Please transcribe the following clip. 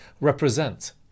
represent